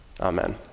Amen